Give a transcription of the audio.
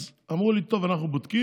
אז אמרו לי: טוב, אנחנו בודקים.